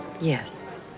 Yes